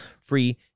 free